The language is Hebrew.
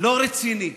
לא רציני.